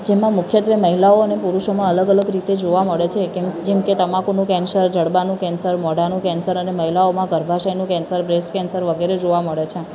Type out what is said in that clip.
જેમાં મુખ્યત્ત્વે મહિલાઓ અને પુરુષોમાં અલગ અલગ રીતે જોવા મળે છે કેમ જેમ કે તમાકુનું કૅન્સર જડબાનું કૅન્સર મોઢાનું કૅન્સર અને મહિલાઓમાં ગર્ભાશયનું કૅન્સર બ્રૅસ્ટ કૅન્સર વગેરે જોવા મળે છે